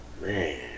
Man